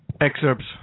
Excerpts